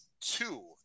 two